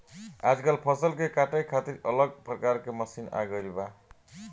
आजकल फसल के काटे खातिर अलग अलग प्रकार के मशीन आ गईल बा